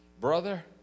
Brother